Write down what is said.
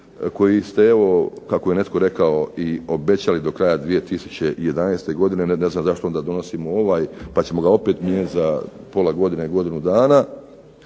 koji ste evo obećali kako je netko rekao i obećali do kraja 2011. godine, ne znam zašto donosimo ovaj pa ćemo ga opet mijenjati za pola godine, godinu dana.